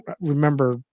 remember